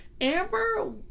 Amber